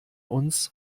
uns